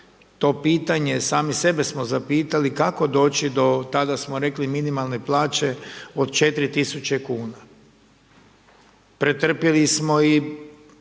to pitanje, sami sebe smo zapitali kako doći do, tada smo rekli minimalne plaće od 4 tisuće kuna. Pretrpjeli smo i